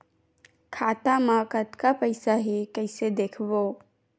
खाता मा कतका पईसा हे कइसे देखबो?